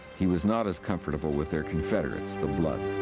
he was not as comfortable with their confederates, the blood.